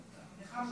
לך מותר.